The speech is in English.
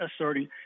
asserting